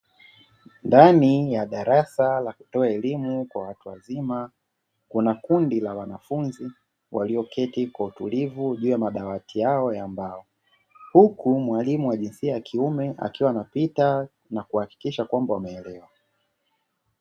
Ndani ya darasa la kutoa elimu kwa watu wazima, kuna kundi la wanafunzi walioketi kwa utulivu juu ya madawati yao ya mbao, huku mwalimu wa jinsia ya kiume akiwa anapita na kuhakikisha kwamba wameelewa.